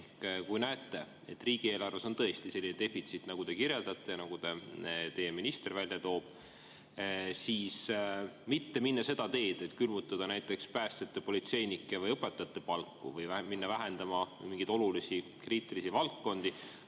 kui näete, et riigieelarves on tõesti selline defitsiit, nagu te kirjeldate, nagu teie minister välja toob, siis ei lähe seda teed, et külmutate näiteks päästjate, politseinike või õpetajate palgad või lähete vähendama mingeid olulisi kriitilisi valdkondi,